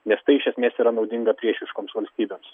nes tai iš esmės yra naudinga priešiškoms valstybėms